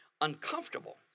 uncomfortable